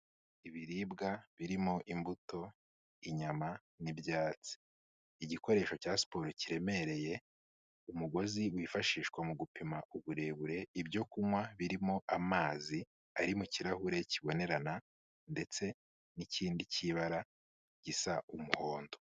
Ibiribwa birimo imbuto, inyama n'ibyatsi. Igikoresho cya siporo kiremereye, umugozi wifashishwa mu gupima uburebure, ibyo kunywa birimo amazi ari mu kirahure kibonerana ndetse n'ikindi cy'ibara gisa umuhondo.